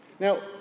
Now